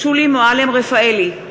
שולי מועלם-רפאלי,